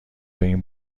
این